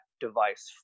device